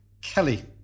Kelly